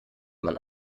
man